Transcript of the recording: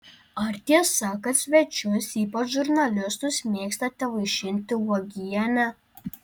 ar tiesa kad svečius ypač žurnalistus mėgstate vaišinti uogiene